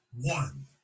one